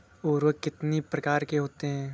उर्वरक कितनी प्रकार के होते हैं?